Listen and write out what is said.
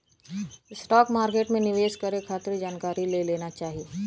stock market में निवेश करे खातिर जानकारी ले लेना चाही